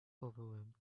overwhelmed